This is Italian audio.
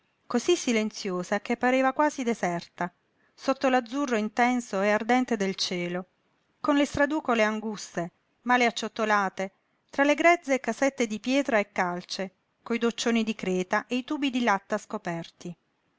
cosí silenziosa che pareva quasi deserta sotto l'azzurro intenso e ardente del cielo con le straducole anguste male acciottolate tra le grezze casette di pietra e calce coi doccioni di creta e i tubi di latta scoperti